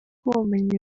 ubumenyi